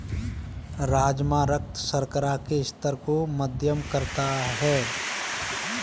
राजमा रक्त शर्करा के स्तर को मध्यम करता है